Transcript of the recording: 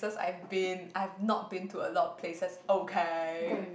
cause I've been I've not been to a lot of places okay